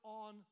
on